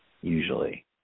usually